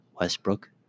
Westbrook